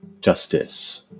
justice